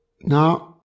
Now